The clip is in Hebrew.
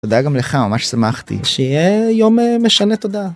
תודה גם לך ממש שמחתי שיהיה יום משנה תודה.